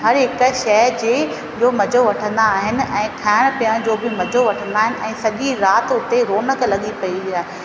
हर हिक शइ जे उहे मज़ो वठंदा आहिनि ऐं खाइण पीअण जो बि मज़ो वठंदा आहिनि ऐं सॼी राति उते रौनक लॻी पई आहे